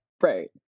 right